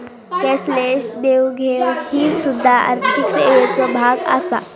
cashless देवघेव ही सुध्दा आर्थिक सेवेचो भाग आसा